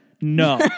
No